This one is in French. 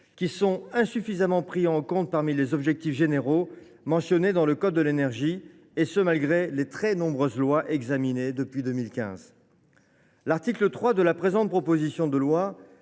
qui sont insuffisamment pris en compte parmi les objectifs généraux mentionnés dans le code de l’énergie, et ce malgré les très nombreuses lois examinées depuis 2015. L’article 3 du présent texte vise à